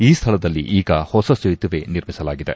ಈ ಸ್ನಳದಲ್ಲಿ ಈಗ ಹೊಸ ಸೇತುವೆ ನಿರ್ಮಿಸಲಾಗಿದೆ